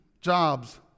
Jobs